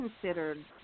considered